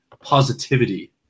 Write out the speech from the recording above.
positivity